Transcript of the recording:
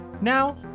Now